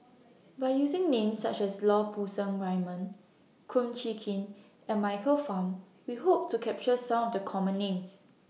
By using Names such as Lau Poo Seng Raymond Kum Chee Kin and Michael Fam We Hope to capture Some of The Common Names